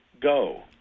go